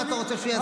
אבל אתה לא יכול,